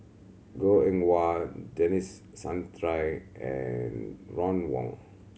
Goh Eng Wah Denis Santry and Ron Wong